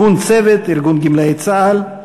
ארגון "צוות" ארגון גמלאי צה"ל,